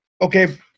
Okay